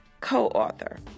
co-author